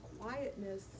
quietness